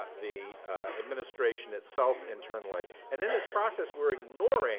the administration itself internally. and then this process we're ignoring